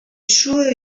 sure